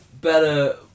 better